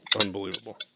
Unbelievable